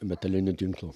metalinio tinklo